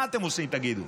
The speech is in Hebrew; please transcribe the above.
מה אתם עושים, תגידו?